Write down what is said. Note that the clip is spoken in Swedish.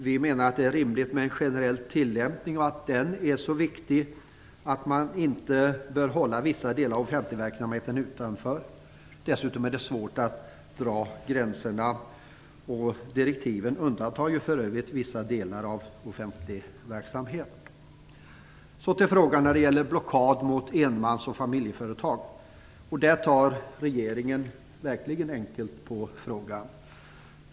Vi menar att det är rimligt med en generell tillämpning och att den är så viktig att man inte bör hålla vissa delar av den offentliga verksamheten utanför. Dessutom är det svårt att dra gränserna. Direktiven undantar för övrigt vissa delar av den offentliga verksamheten. Regeringen tar verkligen lätt på frågan om blockader mot enmans och familjeföretag.